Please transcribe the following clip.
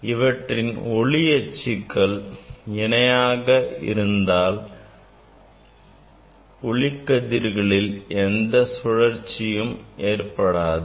இவற்றின் ஒளி அச்சுக்கள் இணையாக இருந்தால் ஒளிக்கதிர்களில் எந்த சூழற்சியும் ஏற்படாது